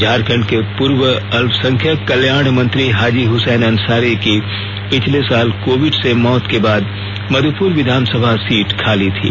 झारखंड के पूर्व अल्पसंख्यक कल्याण मंत्री हाजी हुसैन अंसारी की पिछले साल कोविड से मौत के बाद मधुपुर विधानसभा सीट खाली थी